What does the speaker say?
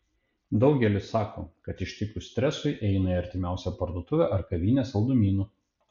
daugelis sako kad ištikus stresui eina į artimiausią parduotuvę ar kavinę saldumynų